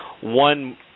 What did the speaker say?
One